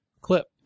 clip